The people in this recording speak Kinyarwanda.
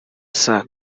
saa